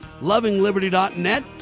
lovingliberty.net